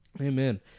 Amen